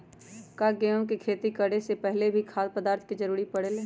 का गेहूं के खेती करे से पहले भी खाद्य पदार्थ के जरूरी परे ले?